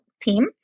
team